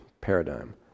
paradigm